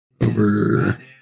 over